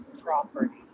property